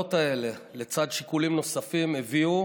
המפלות האלה, לצד שיקולים נוספים, הביאו